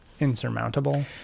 insurmountable